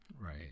Right